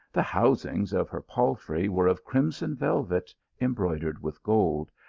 the housings of her palfrey were of crimson velvet embroidered with gold,